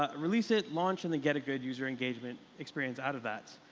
ah release it, launch. and then get a good user engagement experience out of that.